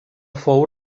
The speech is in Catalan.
fou